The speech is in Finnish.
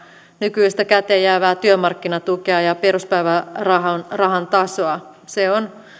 nykyistä käteenjäävää työmarkkinatukea ja peruspäivärahan tasoa se on